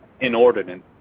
inordinate